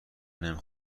نمی